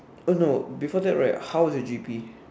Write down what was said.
oh no before that right how was your G_P